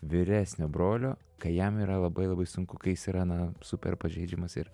vyresnio brolio kai jam yra labai labai sunku jis yra na super pažeidžiamas ir